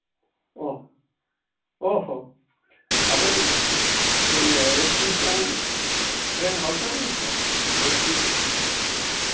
ᱟᱵᱮᱱ ᱤᱞᱮᱠᱴᱨᱤᱥᱤᱭᱟᱱ ᱨᱮᱱ ᱦᱚᱲ ᱠᱟᱱᱟᱵᱮᱱ ᱛᱚ